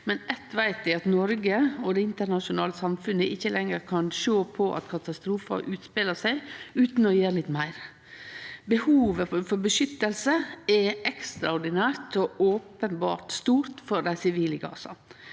men eitt veit eg: Noreg og det internasjonale samfunnet kan ikkje lenger sjå på at katastrofen utspelar seg, utan å gjere litt meir. Behovet for beskyttelse er ekstraordinært og openbert stort for dei sivile i Gaza.